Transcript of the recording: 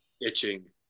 itching